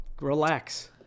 relax